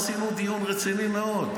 עשינו דיון רציני מאוד,